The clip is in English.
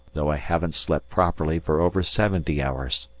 though i haven't slept properly for over seventy hours.